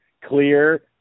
clear